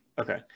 Okay